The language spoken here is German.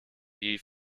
die